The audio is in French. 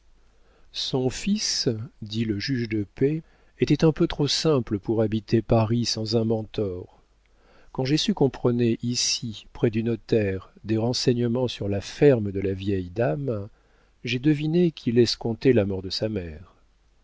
son fils dit le juge de paix était un peu trop simple pour habiter paris sans un mentor quand j'ai su qu'on prenait ici près du notaire des renseignements sur la ferme de la vieille dame j'ai deviné qu'il escomptait la mort de sa mère